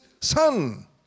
son